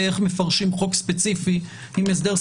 איך מפרשים חוק ספציפי עם הסדר ספציפי,